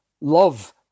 love